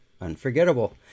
unforgettable